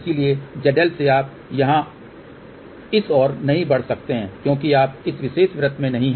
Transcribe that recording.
इसलिए ZL से आप यहाँ इस ओर नहीं बढ़ सकते क्योंकि आप इस विशेष वृत्त में नहीं हैं